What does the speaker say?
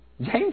James